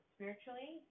Spiritually